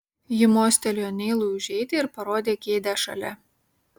ji mostelėjo neilui užeiti ir parodė kėdę šalia